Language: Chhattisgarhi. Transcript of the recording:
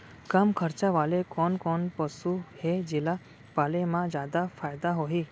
कम खरचा वाले कोन कोन पसु हे जेला पाले म जादा फायदा होही?